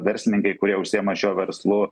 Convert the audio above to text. verslininkai kurie užsiema šiuo verslu